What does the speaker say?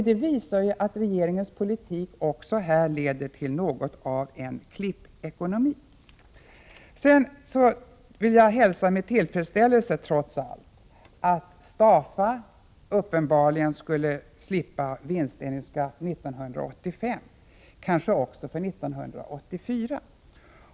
Detta visar ju att regeringens politik också på det här området leder till något av en klippekonomi. Jag vill trots allt hälsa med tillfredsställelse att Stafa uppenbarligen skall slippa vinstdelningsskatt 1985, kanske också för 1984.